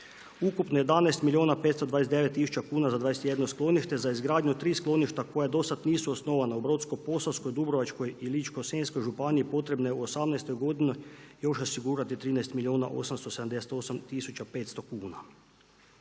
Ukupno 11 milijuna 529000 kuna za 21 sklonište, za izgradnju tri skloništa koja do sad nisu osnovana u Brodsko-posavskoj, Dubrovačkoj i Ličko-senjskoj županiji potrebno je u osamnaestoj godini još osigurati 13 milijuna 878 tisuća 500 kuna.